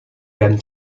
dan